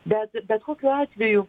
bet bet kokiu atveju